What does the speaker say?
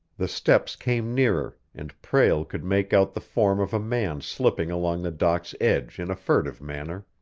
the steps came nearer and prale could make out the form of a man slipping along the dock's edge in a furtive manner.